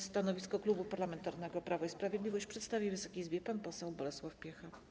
Stanowisko Klubu Parlamentarnego Prawo i Sprawiedliwość przedstawi Wysokiej Izbie pan poseł Bolesław Piecha.